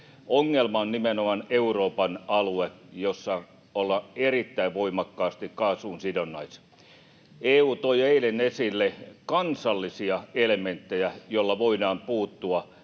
Ongelma on nimenomaan Euroopan alue, jossa ollaan erittäin voimakkaasti kaasuun sidonnaisia. EU toi eilen esille kansallisia elementtejä, joilla voidaan puuttua